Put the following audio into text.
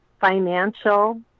financial